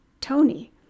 Tony